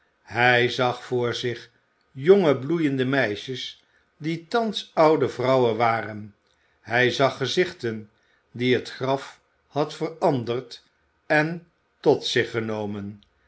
hij zag voor zich jonge bloeiende meisjes die thans oude vrouwen waren hij zag gezichten die het graf had veranderd en tot zich genomen